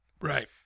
right